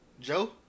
Joe